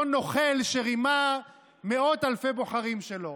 אותו נוכל שרימה מאות אלפי בוחרים שלו?